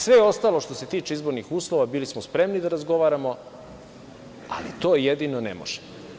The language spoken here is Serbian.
Sve ostalo što se tiče izbornih uslova bili smo spremni da razgovaramo, ali to jedino ne možemo.